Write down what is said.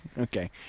Okay